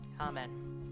amen